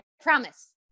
promise